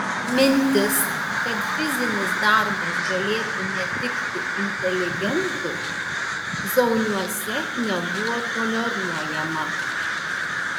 mintis kad fizinis darbas galėtų netikti inteligentui zauniuose nebuvo toleruojama